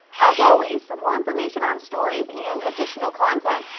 as always, for more information on stories and additional content,